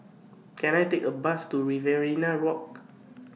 Can I Take A Bus to Riverina Walk